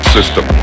System